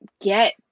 get